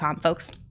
folks